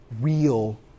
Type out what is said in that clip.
Real